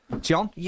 John